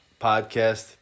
Podcast